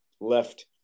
left